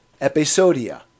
Episodia